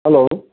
hello